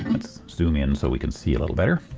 let's zoom in so we can see a little better.